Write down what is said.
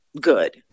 Good